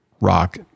rock